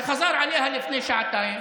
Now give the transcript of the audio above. שחזרה עליה לפני שעתיים